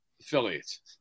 affiliates